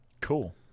Cool